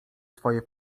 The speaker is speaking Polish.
swoje